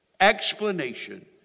explanation